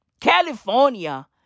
California